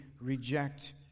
reject